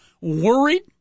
worried